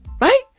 Right